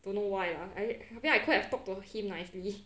don't know why lah I maybe I could have talked to him nicely